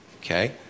okay